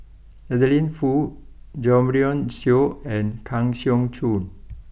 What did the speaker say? Adeline Foo Jo Marion Seow and Kang Siong Joo